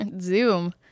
Zoom